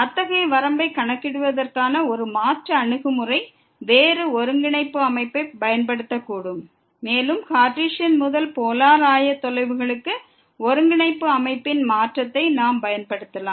அத்தகைய வரம்பைக் கணக்கிடுவதற்கான ஒரு மாற்று அணுகுமுறை வேறு ஒருங்கிணைப்பு அமைப்பைப் பயன்படுத்தக்கூடும் மேலும் கார்டேசியன் முதல் போலார் ஆயத்தொலைவுகளுக்கு ஒருங்கிணைப்பு அமைப்பின் மாற்றத்தை நாம் பயன்படுத்தலாம்